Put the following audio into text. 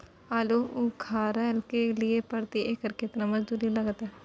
आलू उखारय के लिये प्रति एकर केतना मजदूरी लागते?